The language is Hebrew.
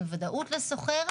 עם ודאות לשוכר,